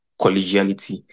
collegiality